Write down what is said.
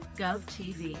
GovTV